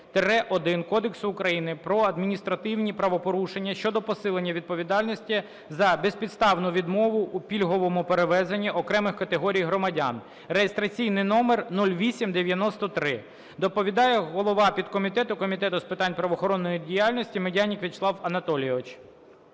133-1 Кодексу України про адміністративні правопорушення щодо посилення відповідальності за безпідставну відмову у пільговому перевезенні окремих категорій громадян (реєстраційний номер 0893). Доповідає голова підкомітету Комітету з питань правоохоронної діяльності Медяник В'ячеслав Анатолійович.